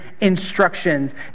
instructions